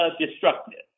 destructive